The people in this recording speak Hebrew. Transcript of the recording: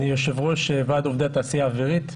אני יושב ראש ועד עובדי התעשייה האווירית.